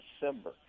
December